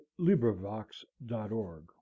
LibriVox.org